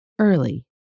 early